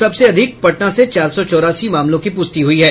सबसे अधिक पटना से चार सौ चौरासी मामलों की पुष्टि हुई है